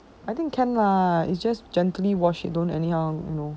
I think can lah it's just gently wash it don't anyhow